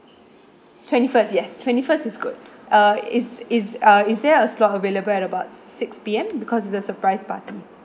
twenty first yes twenty first is good uh is is uh is there a slot available at about six P_M because it's a surprise party